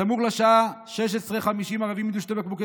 סמוך לשעה 16:50 ערבים יידו שני בקבוקי